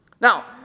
Now